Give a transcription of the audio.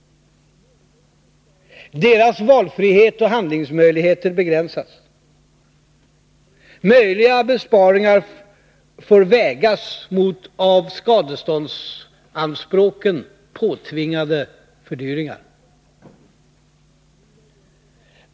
Deras valfrihet och handlingsmöjligheter begränsas. Möjliga besparingar får vägas mot av skadeståndsanspråken påtvingade fördyringar.